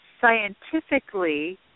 scientifically